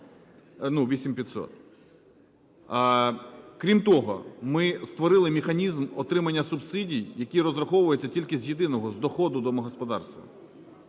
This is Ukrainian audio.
Крім того, ми створили механізм отримання субсидій, які розраховуються тільки з єдиного – з доходу домогосподарства.